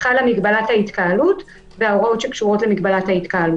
חלה מגבלת ההתקהלות וההוראות שקשורות לכך.